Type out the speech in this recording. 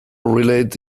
related